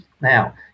Now